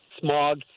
smog